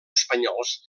espanyols